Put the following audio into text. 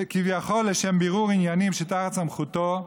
כביכול לשם בירור עניינים שתחת סמכותו,